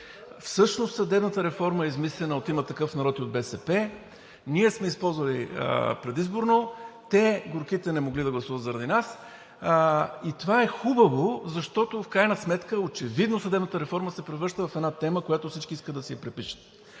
Всъщност съдебната реформа е измислена от „Има такъв народ“ и от БСП, а ние сме я използвали предизборно и те горките не могли да гласуват заради нас. Това е хубаво, защото в крайна сметка очевидно съдебната реформа се превръща в една тема, която всички искат да си припишат.